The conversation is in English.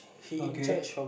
okay